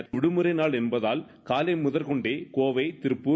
நேற்று விடுமுறை நாள் என்பதால் காலை முதற்கொண்டே கோலை திருப்பூர்